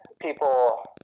people